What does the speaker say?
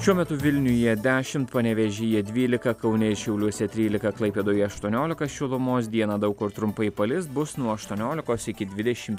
šiuo metu vilniuje dešimt panevėžyje dvylika kaune ir šiauliuose trylika klaipėdoje aštuoniolika šilumos dieną daug kur trumpai palis bus nuo aštuoniolikos iki dvidešim